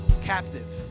captive